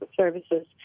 services